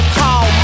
call